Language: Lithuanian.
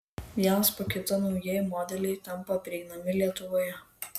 vienas po kito naujieji modeliai tampa prieinami lietuvoje